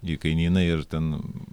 jų kainynai ir ten